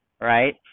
right